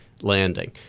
landing